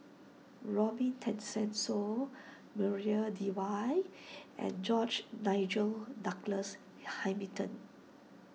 Robin Tessensohn Maria Dyer and George Nigel Douglas Hamilton